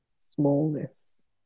smallness